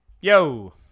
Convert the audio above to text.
Yo